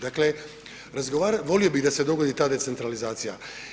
Dakle, volio bi da se dogodi ta decentralizacija.